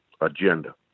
agenda